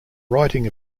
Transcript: writing